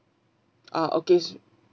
ah okay